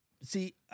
See